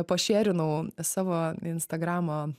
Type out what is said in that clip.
pašėrinau savo instagramo